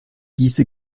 diese